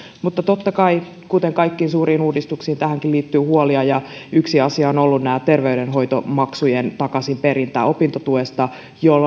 mutta kuten kaikkiin suuriin uudistuksiin tähänkin liittyy huolia ja yksi asia on ollut tämä terveydenhoitomaksujen takaisinperintä opintotuesta